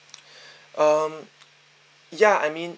um ya I mean